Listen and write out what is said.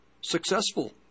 Successful